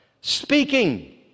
speaking